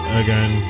again